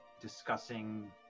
discussing